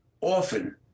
Often